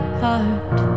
heart